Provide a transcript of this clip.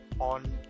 on